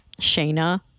Shayna